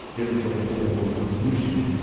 different sort of political institutions,